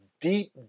deep